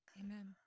Amen